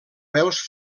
veus